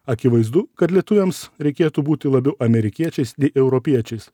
akivaizdu kad lietuviams reikėtų būti labiau amerikiečiais nei europiečiais